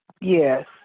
Yes